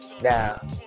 now